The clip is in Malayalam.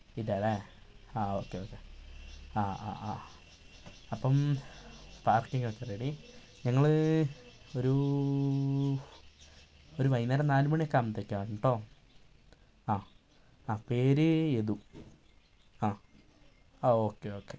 ഇല്ല അല്ലേ ആ ഓക്കേ ഓക്കേ ആ ആ അപ്പം പാർക്കിങ്ങൊക്കെ റെഡി ഞങ്ങൾ ഒരൂ ഒരു വൈകുന്നേരം നാലു മണിയൊക്കെ ആവുമ്പോഴത്തേക്കും ആവും കേട്ടോ ആ ആ പേര് യദു ആ ആ ഓക്കേ ഓക്കേ